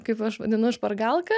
kaip aš vadinu špargalka